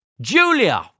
Julia